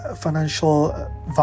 financial